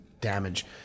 damage